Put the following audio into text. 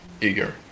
eager